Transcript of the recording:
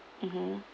mmhmm